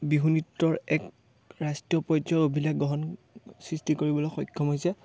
বিহু নৃত্যৰ এক ৰাষ্ট্ৰীয় পৰ্য্য়ায়ৰ অভিলেখ গ্ৰহণ সৃষ্টি কৰিবলৈ সক্ষম হৈছে